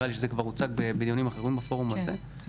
זה נראה לי כבר הוצג בעניינים אחרים בפורום הזה.